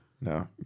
No